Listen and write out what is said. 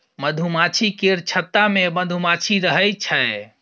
मधुमाछी केर छत्ता मे मधुमाछी रहइ छै